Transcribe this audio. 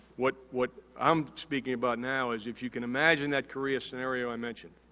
what what i'm speaking about now is if you can imagine that korea scenario i mentioned.